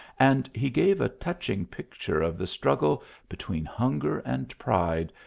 and he gave a touching picture of the struggle between hunger and pride,